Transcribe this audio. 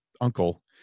uncle